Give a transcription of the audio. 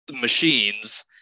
machines